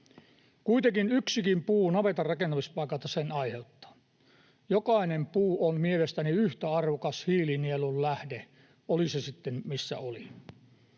Kuitenkin yksikin puu navetan rakentamispaikalta sen aiheuttaa. Jokainen puu on mielestäni yhtä arvokas hiilinielun lähde, oli se sitten missä oli.